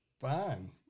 fine